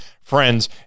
friends